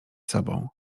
sobą